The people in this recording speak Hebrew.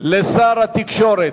לשר התקשורת.